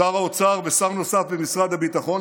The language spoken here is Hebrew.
שר האוצר ושר נוסף במשרד הביטחון,